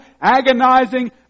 agonizing